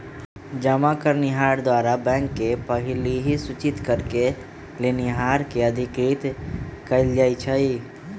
जमा करनिहार द्वारा बैंक के पहिलहि सूचित करेके लेनिहार के अधिकृत कएल जाइ छइ